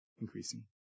increasing